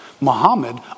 Muhammad